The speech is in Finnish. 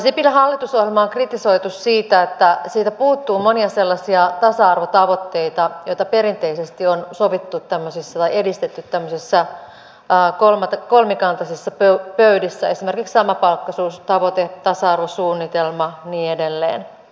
sipilän hallitusohjelmaa on kritisoitu siitä että siitä puuttuu monia sellaisia tasa arvotavoitteita joita perinteisesti on edistetty tämmöisissä kolmikantaisissa pöydissä esimerkiksi samapalkkaisuustavoite tasa arvosuunnitelma ja niin edelleen